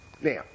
Now